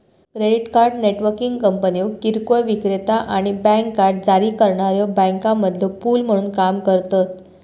credit card networking कंपन्यो किरकोळ विक्रेता आणि बँक कार्ड जारी करणाऱ्यो बँकांमधलो पूल म्हणून काम करतत